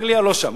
אנגליה לא שם.